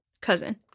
Cousin